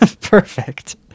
Perfect